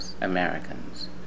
Americans